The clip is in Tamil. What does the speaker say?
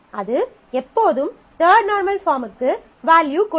அது எப்போதும் தர்ட் நார்மல் பாஃர்முக்கு வேல்யூ கொடுக்கும்